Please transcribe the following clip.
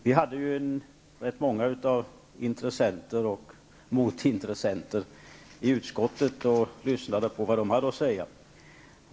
Vi hade ganska många intressenter och motintressenter i utskottet och lyssnade på vad de hade att säga.